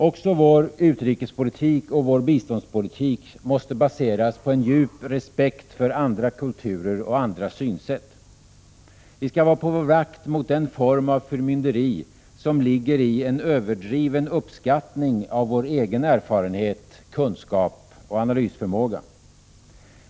Också vår utrikespolitik och vår biståndspolitik måste baseras på en djup respekt för andra kulturer och andra synsätt. Vi skall vara på vår vakt mot den form av förmynderi som ligger i en överdriven uppskattning av vår egen erfarenhet, kunskap och analysförmåga.